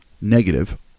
negative